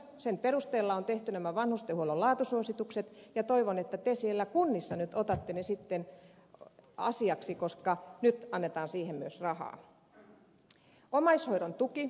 sen perusteella on tehty nämä vanhustenhuollon laatusuositukset ja toivon että te siellä kunnissa nyt otatte ne sitten asiaksi koska nyt annetaan siihen myös rahaa